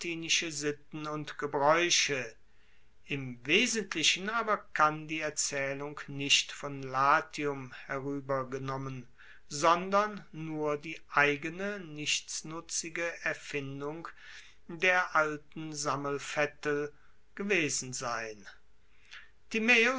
und gebraeuche im wesentlichen aber kann die erzaehlung nicht von latium heruebergenommen sondern nur die eigene nichtsnutzige erfindung der alten sammelvettel gewesen sein